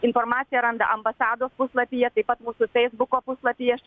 informaciją randa ambasados puslapyje taip pat mūsų feisbuko puslapyje